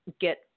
get